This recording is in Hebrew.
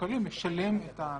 המעוקלים לשלם את התשלומים.